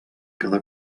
cada